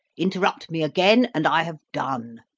interrupt me again, and i have done.